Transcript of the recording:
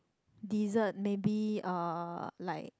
dessert maybe uh like